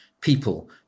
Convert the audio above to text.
people